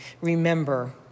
remember